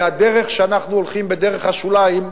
כי הדרך שאנחנו הולכים בה, בדרך השוליים,